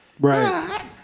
Right